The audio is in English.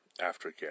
aftercare